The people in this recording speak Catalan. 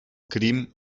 crim